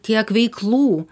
tiek veiklų